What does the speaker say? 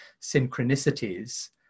synchronicities